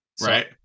Right